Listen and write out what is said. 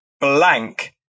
blank